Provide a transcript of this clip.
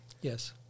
Yes